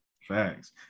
Facts